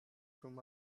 through